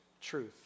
truth